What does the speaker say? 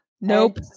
Nope